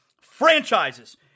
franchises